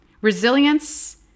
Resilience